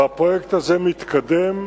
והפרויקט הזה מתקדם.